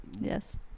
yes